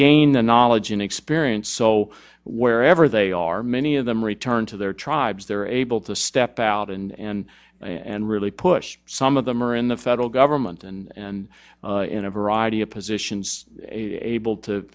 gain the knowledge and experience so wherever they are many of them return to their tribes they're able to step out and and and really push some of them are in the federal government and in a variety of positions able to